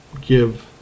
give